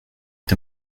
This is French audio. est